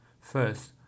First